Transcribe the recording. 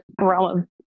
realm